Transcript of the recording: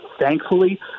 thankfully